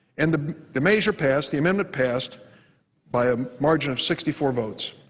and the the measure passed, the amendment passed by a margin of sixty four votes.